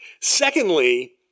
Secondly